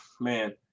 man